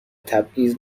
تبعیض